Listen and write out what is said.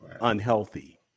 unhealthy